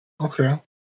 Okay